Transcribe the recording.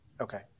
okay